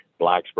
Blacksburg